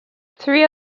three